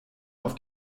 auf